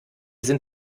sind